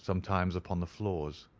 sometimes upon the floors,